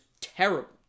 terrible